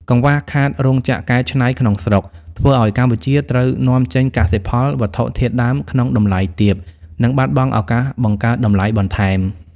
កង្វះខាតរោងចក្រកែច្នៃក្នុងស្រុក ធ្វើឱ្យកម្ពុជាត្រូវនាំចេញកសិផលវត្ថុធាតុដើមក្នុងតម្លៃទាប និងបាត់បង់ឱកាសបង្កើតតម្លៃបន្ថែម។